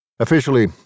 Officially